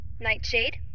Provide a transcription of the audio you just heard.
Nightshade